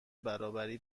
برابری